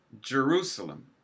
Jerusalem